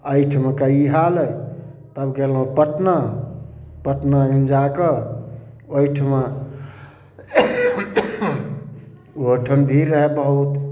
एहिठामका ई हाल तब गेलहुॅं पटना पटनागन जाकऽ ओहिठिमा उहो ठण्डी रहै बहुत